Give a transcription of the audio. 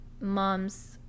mom's